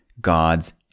God's